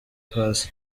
paccy